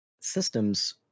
systems